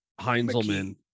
Heinzelman